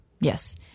yes